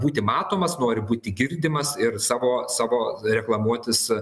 būti matomas nori būti girdimas ir savo savo reklamuotis